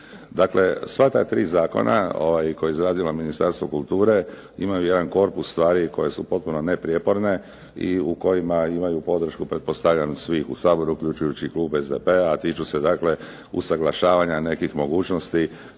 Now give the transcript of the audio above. Dakle, sva ta tri zakona koje je izradilo Ministarstvo kulture imaju jedan korpus stvari koje su potpuno neprijeporne i u kojima imaju podršku pretpostavljam svih u Saboru, uključujući klub SDP-a, a tiču se dakle usuglašavanja nekih mogućnosti